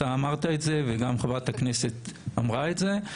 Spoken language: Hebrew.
אתה אמרת את זה וגם חברת הכנסת אמרה את זה.